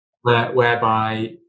whereby